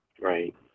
Right